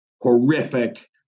horrific